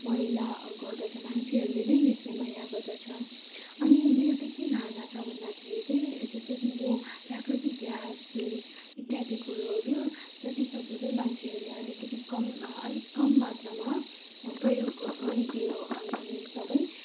मैला गर्दछ मान्छेहरूले नै यसलाई मैला गर्दछ अनि मेरो त्यही के धारणा छ भन्दाखेरि त्यही जस्तै कि यो प्राकृतिक ग्यास तेल इत्यादि कुरोहरू जतिसक्दो त्यही मान्छेहरूले अलिकति कम अलिक कम मात्रामा प्रयोग गरिदियो यी सबै